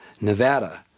Nevada